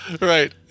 Right